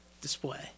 display